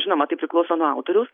žinoma tai priklauso nuo autoriaus